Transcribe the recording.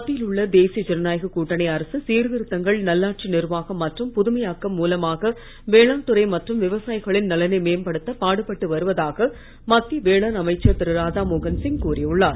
மத்தியில் உள்ள தேசயி ஜனநாயக கூட்டணி அரசு சீர்திருத்தங்கள் நல்லாட்சி நிர்வாகம் மற்றும் புதுமையாக்கம் மூலமாக வேளாண் துறை மற்றும் விவசாயிகளின் நலனை மேம்படுத்த பாடுபட்டு வருவதாக மத்திய வேளாண் அமைச்சர் திரு ராதாமோகன் சிங் கூறியுள்ளார்